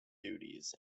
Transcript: duties